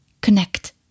connect